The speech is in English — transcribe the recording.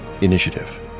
Initiative